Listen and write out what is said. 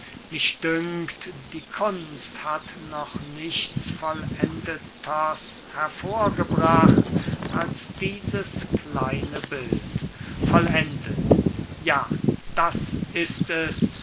mich dünkt die kunst hat noch nichts vollendeters hervorgebracht als dieses kleine bild vollendet ja das ist es